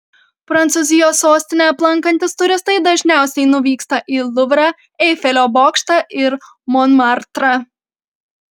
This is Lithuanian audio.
prancūzijos sostinę aplankantys turistai dažniausiai nuvyksta į luvrą eifelio bokštą ir monmartrą